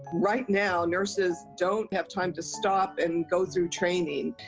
right now, nurses don't have time to stop and go through training.